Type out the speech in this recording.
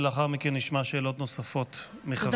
ולאחר מכן נשמע שאלות נוספות מחברי הכנסת.